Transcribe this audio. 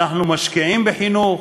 אנחנו משקיעים בחינוך,